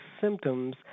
symptoms